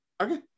Okay